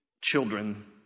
children